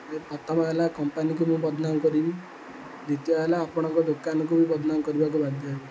ପ୍ରଥମ ହେଲା କମ୍ପାନୀକୁ ମୁଁ ବଦନାମ୍ କରିବି ଦ୍ୱତୀୟ ହେଲା ଆପଣଙ୍କ ଦୋକାନକୁ ବି ବଦନାମ୍ କରିବାକୁ ବାଧ୍ୟ ହେବି